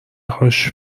هاش